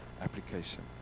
application